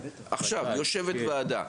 עכשיו יושבת ועדה?